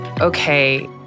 okay